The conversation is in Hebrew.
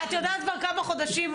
אקסול,